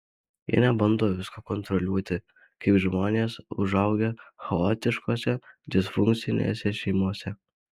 jie nebando visko kontroliuoti kaip žmonės užaugę chaotiškose disfunkcinėse šeimose